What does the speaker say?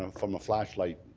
um from a flashlight